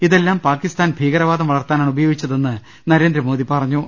ഇതെല്ലാം പാക്കിസ്ഥാൻ ഭീകരവാദം വളർത്താ നാണ് ഉപയോഗിച്ചതെന്ന് നരേന്ദ്രമോദി പറഞ്ഞു